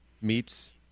meets